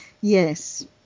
yes